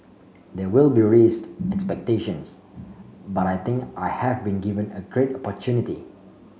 there will be raised expectations but I think I have been given a great opportunity